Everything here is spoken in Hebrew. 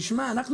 תשמע לי,